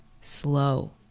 slow